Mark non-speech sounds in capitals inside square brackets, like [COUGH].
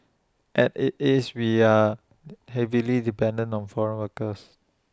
as IT is we are [NOISE] heavily dependent on foreign workers